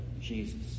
Jesus